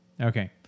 Okay